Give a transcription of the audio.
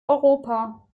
europa